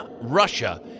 Russia